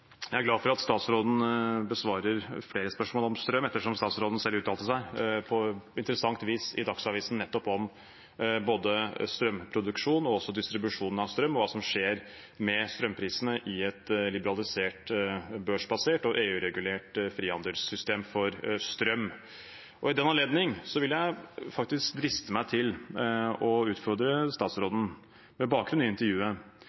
Jeg er glad for at statsråden besvarer flere spørsmål om strøm ettersom statsråden selv uttalte seg på interessant vis i Dagsavisen nettopp – om både strømproduksjon og distribusjonen av strøm og hva som skjer med strømprisene i et liberalisert, børsbasert og EU-regulert frihandelssystem for strøm. I den anledning og med bakgrunn i det intervjuet vil jeg driste meg til å utfordre